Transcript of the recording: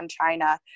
China